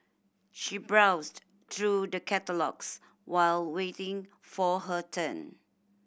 she browsed through the catalogues while waiting for her turn